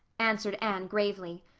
answered anne gravely.